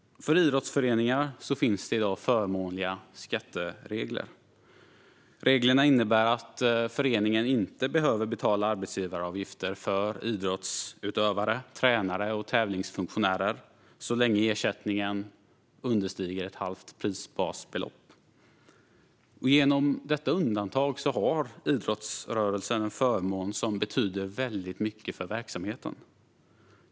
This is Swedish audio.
För idrottsföreningarna finns i dag förmånliga skatteregler. Reglerna innebär att föreningen inte behöver betala arbetsgivaravgifter för idrottsutövare, tränare och tävlingsfunktionärer så länge ersättningen understiger ett halvt prisbasbelopp. Genom detta undantag har idrottsrörelsen en förmån som betyder mycket för verksamheten.